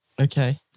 Okay